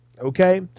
okay